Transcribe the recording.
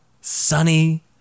sunny